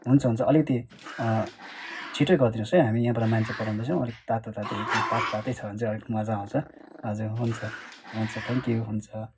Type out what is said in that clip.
हुन्छ हुन्छ अलिकति छिट्टै गरिदिनोस् है हामी यहाँबाट मान्छे पठाउँदैछौँ अलिक तातोतातै एकदम तातोतातै छ भने चाहिँ अलिक मज्जा आउँछ हजुर हुन्छ हुन्छ थ्याङ्कयू हुन्छ